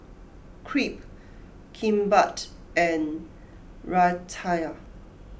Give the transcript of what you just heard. Crepe Kimbap and Raita